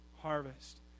harvest